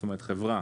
זאת אומרת, חברה